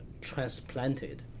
transplanted